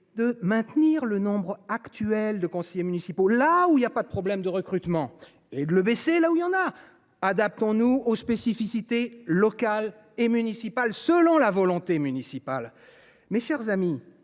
de maintenir le nombre actuel de conseillers municipaux là où il n’y a pas de problème de recrutement et de le baisser là où il y en a ? Adaptons nous aux spécificités locales et municipales, selon la volonté municipale ! Nous savons